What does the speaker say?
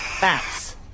Bats